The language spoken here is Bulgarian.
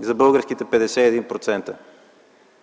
за българските 51%.